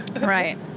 Right